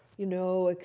you know,